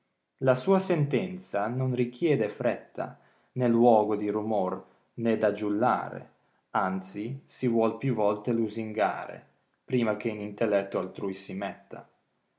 la sua sentenza non richiede fretta né luogo di romor né da giullare nxi si vuol più volte lusingare prima che in intelletto altrui si metta